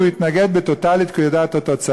הוא התנגד טוטלית כי הוא ידע את התוצאה.